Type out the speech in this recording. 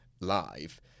live